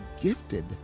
gifted